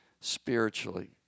spiritually